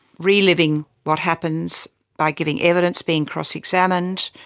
reliving what happens by giving evidence, being cross-examined.